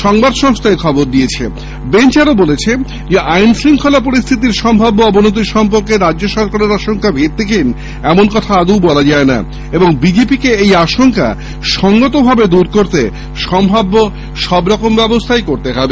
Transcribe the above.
সংবাদসংস্হা এখবর দিয়ে জানিয়েছে বেঞ্চ আরও বলেছে আইনশৃঙ্খা পরিস্হিতির সম্ভাব্য অবনতি সম্পর্কে রাজ্য সরকারের আশঙ্কা ভিত্তিহীন এমন বলা যায় না এবং বিজেপিকে এই আশঙ্কা সঙ্গতভাবে দুর করতে সম্ভাব্য সবরকম ব্যবস্হা নিতে হবে